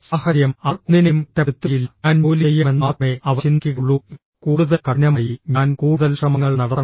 സാഹചര്യം അവർ ഒന്നിനെയും കുറ്റപ്പെടുത്തുകയില്ല ഞാൻ ജോലി ചെയ്യണമെന്ന് മാത്രമേ അവർ ചിന്തിക്കുകയുള്ളൂ കൂടുതൽ കഠിനമായി ഞാൻ കൂടുതൽ ശ്രമങ്ങൾ നടത്തണം